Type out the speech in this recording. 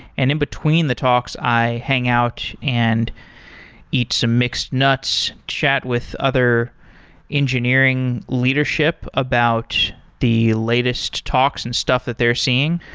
and in between the talks i hang out and eat some mixed nuts, chat with other engineering leadership about the latest talks and stuff that they're seeing,